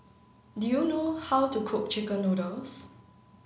do you know how to cook Chicken Noodles